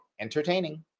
entertaining